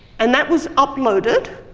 and that was uploaded,